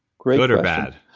good or bad?